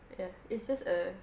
ya it's just a